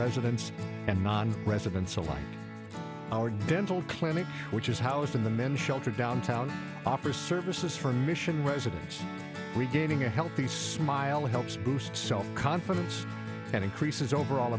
residents and non residents alike our dental clinic which is housed in the men's shelter downtown offers services for mission residents regaining a healthy smile helps boost self confidence and increases overall